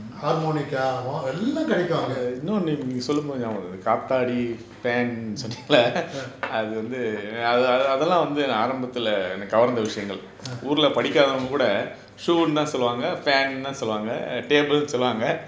harmonica வும் எல்லாம் கெடைக்கும் அங்க:vum ellam kedaikkum anga mm